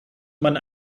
man